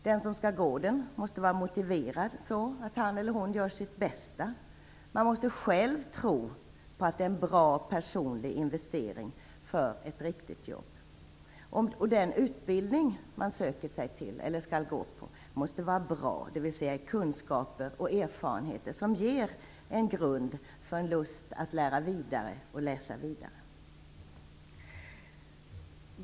Den som skall gå den måste vara motiverad så att han eller hon gör sitt bästa. Man måste själv tro på att utbildningen är en bra personlig investering för ett riktigt jobb. Den utbildning man söker sig till och skall gå på måste vara bra, dvs. ge kunskaper och erfarenheter som ger en grund för en lust att läsa och lära vidare.